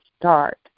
start